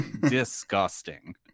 Disgusting